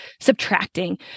subtracting